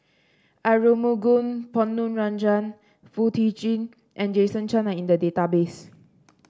Aarumugam Ponnu Rajah Foo Tee Jun and Jason Chan are in the database